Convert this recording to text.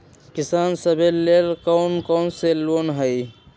किसान सवे लेल कौन कौन से लोने हई?